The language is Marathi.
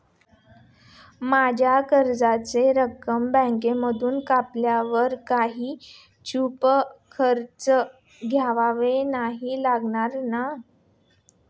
माझ्या कर्जाची रक्कम बँकेमधून कापल्यावर काही छुपे खर्च द्यावे नाही लागणार ना?